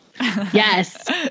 Yes